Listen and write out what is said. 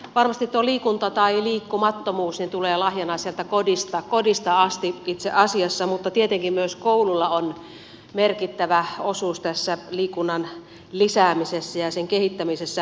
varmasti liikunta tai liikkumattomuus tulee lahjana sieltä kodista asti itse asiassa mutta tietenkin myös koululla on merkittävä osuus liikunnan lisäämisessä ja sen kehittämisessä